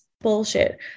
bullshit